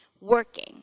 working